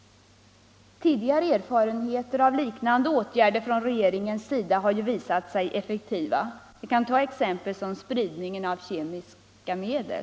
Tidigare erfarenheter av liknande åtgärder från regeringens sida har ju visat sig effektiva, t.ex. när det gäller spridning av kemiska medel.